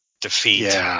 defeat